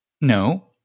No